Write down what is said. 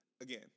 again